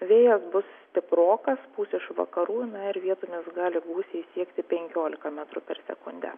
vėjas bus stiprokas pūs iš vakarų na ir vietomis gali gūsiai siekti penkiolika metrų per sekundę